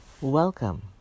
Welcome